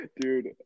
Dude